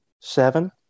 seven